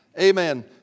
Amen